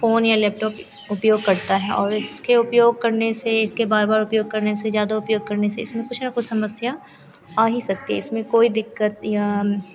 phone या laptop उपयोग करता है और इसके उपयोग करने से इसके बार बार उपयोग करने से ज़्यादा उपयोग करने से इसमें कुछ न कुछ समस्या आ ही सकती है इसमें कोई दिक्कत या